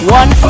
one